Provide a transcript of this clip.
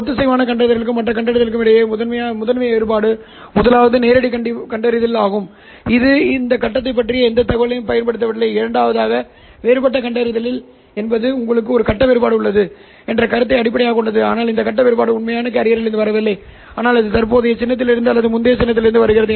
ஒத்திசைவான கண்டறிதலுக்கும் மற்ற கண்டறிதலுக்கும் இடையிலான முதன்மை வேறுபாடு முதலாவது நேரடி கண்டறிதல் ஆகும் இது கட்டத்தைப் பற்றிய எந்த தகவலையும் பயன்படுத்தவில்லை இரண்டாவதாக வேறுபட்ட கண்டறிதல் என்பது உங்களுக்கு ஒரு கட்ட வேறுபாடு உள்ளது என்ற கருத்தை அடிப்படையாகக் கொண்டது ஆனால் இந்த கட்ட வேறுபாடு உண்மையான கேரியரிலிருந்து வரவில்லை ஆனால் அது தற்போதைய சின்னத்திலிருந்து அல்லது முந்தைய சின்னத்திலிருந்து வருகிறது